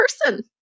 person